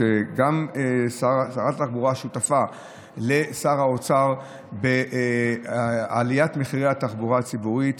שגם שרת התחבורה שותפה לשר האוצר בעליית מחירי התחבורה הציבורית,